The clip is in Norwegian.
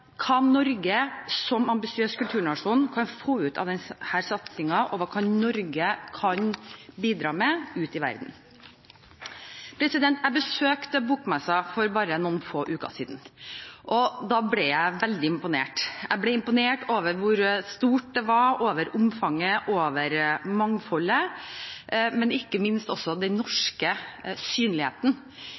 og hva Norge kan bidra med ute i verden. Jeg besøkte bokmessen for bare noen få uker siden. Da ble jeg veldig imponert. Jeg ble imponert over hvor stort det var, over omfanget, over mangfoldet, men ikke minst også over den norske synligheten,